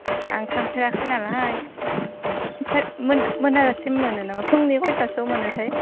आं थांफेराखै नालाय ओमफ्राय मोनाजासिम मोनो नामा फुंनि कयतासोआव मोनोथाय